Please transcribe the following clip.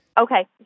Okay